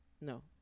no